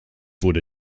wurde